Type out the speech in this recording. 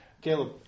Caleb